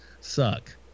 suck